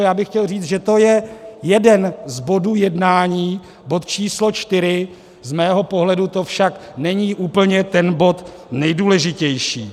Já bych chtěl říct, že to je jeden z bodů jednání, bod číslo 4, z mého pohledu to však není úplně ten bod nejdůležitější.